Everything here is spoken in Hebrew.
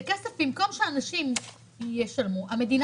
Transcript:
במקום שאנשים ישלמו, המדינה